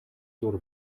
зуур